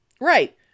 right